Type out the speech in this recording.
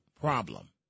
problem